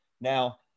Now